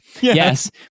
Yes